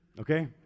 Okay